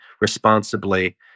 responsibly